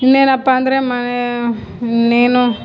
ಇನ್ನೇನಪ್ಪ ಅಂದರೆ ಮನೆ ಇನ್ನೇನು